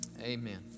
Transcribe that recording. Amen